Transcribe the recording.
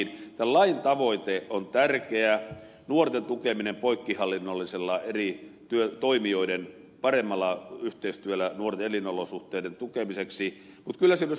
tämän lain tavoite on tärkeä nuorten tukeminen poikkihallinnollisella eri toimijoiden paremmalla yhteistyöllä nuorten elinolosuhteiden tukemiseksi mutta kyllä siinä myös voimavaroista on kyse